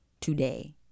today